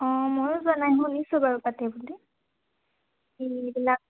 অঁ ময়ো যোৱা নাই শুনিছোঁ বাৰু পাতে বুলি বিলাক